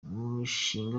umushinga